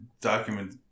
Document